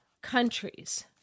countries